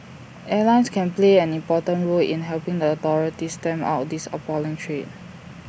airlines can play an important role in helping the authorities stamp out this appalling trade